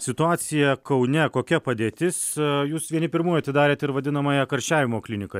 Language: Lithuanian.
situacija kaune kokia padėtis jūs vieni pirmųjų atidarėte ir vadinamąją karščiavimo kliniką